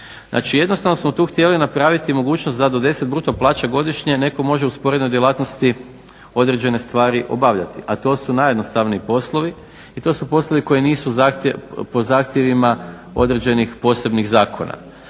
Znači jednostavno smo tu htjeli napraviti mogućnost da do 10 bruto plaća godišnje netko može u sporednoj djelatnosti određene stvari obavljati, to su najjednostavniji poslovi i to su poslovi koji nisu po zahtjevima određenih posebnih zakona.